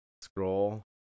scroll